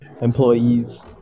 employees